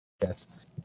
guests